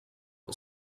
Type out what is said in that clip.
who